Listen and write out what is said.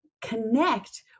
connect